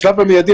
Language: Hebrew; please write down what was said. בשלב המיידי,